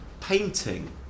painting